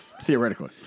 Theoretically